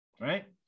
right